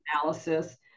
analysis